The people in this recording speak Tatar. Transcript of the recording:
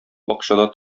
бакчада